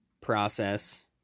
process